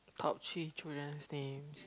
top three children's names